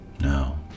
No